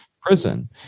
prison